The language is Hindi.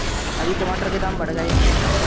अभी टमाटर के दाम बढ़ गए